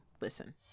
listen